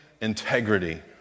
integrity